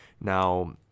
Now